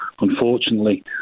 unfortunately